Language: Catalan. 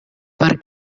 per